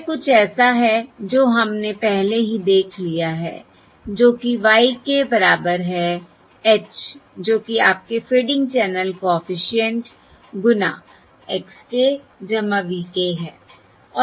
यह कुछ ऐसा है जो हमने पहले ही देख लिया है जो कि y k बराबर है h जो कि आपके फेडिंग चैनल कॉफिशिएंट गुना x k v k है